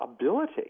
ability